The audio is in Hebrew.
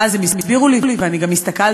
ואז הם הסבירו לי, ואני גם הסתכלתי,